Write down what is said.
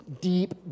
deep